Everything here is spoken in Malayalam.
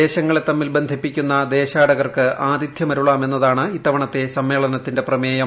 ദേശങ്ങളെ തമ്മിൽ ബന്ധിപ്പിക്കുന്ന ദേശാടകർക്ക് ആതിഥ്യമരുളാം എന്നതാണ് ഇത്തവണത്തെ സമ്മേളനത്തിന്റെ പ്രമേയം